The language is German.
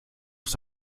ist